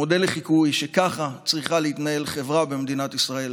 מודל לחיקוי, שככה צריכה להתנהל חברה במדינת ישראל